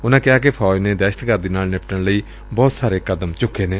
ਉਨੂਾ ਕਿਹਾ ਕਿ ਫੌਜ ਨੇ ਦਹਿਸ਼ਤੀ ਗਰਦੀ ਨਾਲ ਨਿੱਪਟਣ ਲਈ ਬਹੁਤ ਸਾਰੇ ਕਦਮ ਚੁੱਕੇ ਨੇ